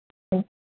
ம்